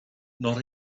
not